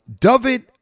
David